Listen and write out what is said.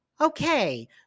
okay